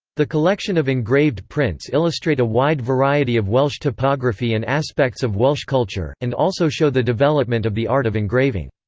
the collection of engraved prints illustrate a wide variety of welsh topography and aspects of welsh culture, and also show the development of the art of engraving.